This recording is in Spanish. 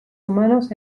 humanos